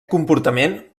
comportament